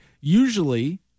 usually